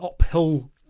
uphill